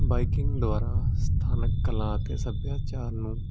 biking ਦੁਆਰਾ ਸਥਾਨਕ ਕਲਾ ਅਤੇ ਸੱਭਿਆਚਾਰ ਨੂੰ